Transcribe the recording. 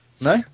No